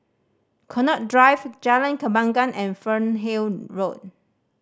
Connaught Drive Jalan Kembangan and Fernhill Road